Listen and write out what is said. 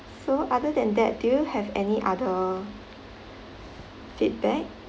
so other than that do you have any other feedback